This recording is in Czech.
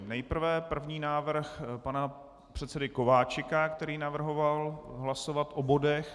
Nejprve první návrh pana předsedy Kováčika, který navrhoval hlasovat o bodech.